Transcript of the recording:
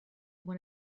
one